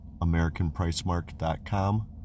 AmericanPriceMark.com